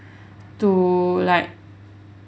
to like